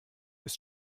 ist